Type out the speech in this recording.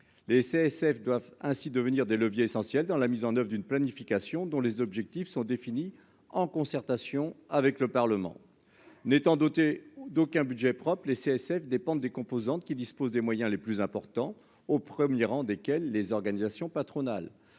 les CSF doivent ainsi devenir des leviers essentiels dans la mise en oeuvre d'une planification dont les objectifs sont définies en concertation avec le Parlement n'étant doté d'aucun budget propre les CSF dépendent des composantes qui dispose des moyens les plus importants, au 1er rang desquels les organisations patronales